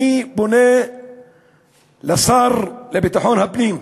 אני פונה לשר לביטחון פנים,